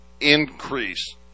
increase